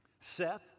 Seth